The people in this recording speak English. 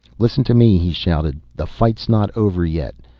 listen to me, he shouted. the fight's not over yet.